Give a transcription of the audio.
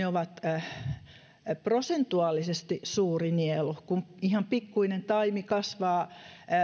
ovat prosentuaalisesti suuri nielu kun ihan pikkuinen taimi kasvaa